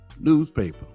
newspaper